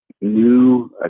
new